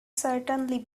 certainly